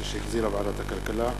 2011, שהחזירה ועדת הכלכלה,